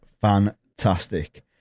fantastic